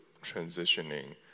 transitioning